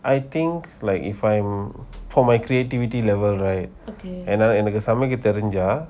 I think like if I'm for my creativity level right என்னக்கு சமைக்க தெரிஞ்ச:ennaku samaika terinja